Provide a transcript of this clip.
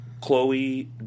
Chloe